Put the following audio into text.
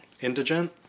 Indigent